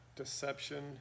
deception